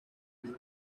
must